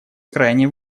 крайне